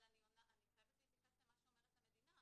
אבל אני חייבת להתייחס למה שאומרת המדינה,